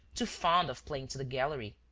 too fond of playing to the gallery.